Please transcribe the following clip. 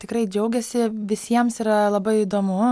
tikrai džiaugėsi visiems yra labai įdomu